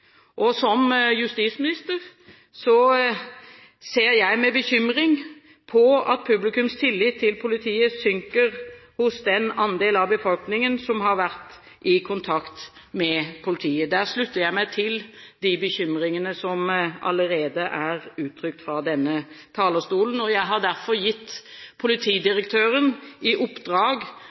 Som justisminister ser jeg med bekymring på at publikums tillit til politiet synker hos den andel av befolkningen som har vært i kontakt med politiet. Der slutter jeg meg til de bekymringene som allerede er uttrykt fra denne talerstolen. Jeg har derfor gitt Politidirektøren i oppdrag